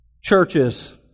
churches